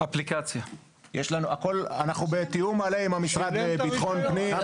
אנחנו בתיאום מלא עם המשרד לביטחון פנים.